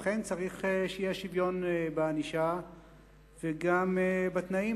אכן צריך שיהיה שוויון בענישה וגם בתנאים,